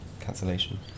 Cancellation